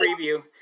preview